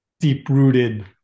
deep-rooted